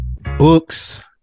books